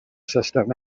system